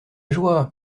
joie